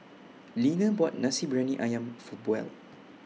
Leaner bought Nasi Briyani Ayam For Buell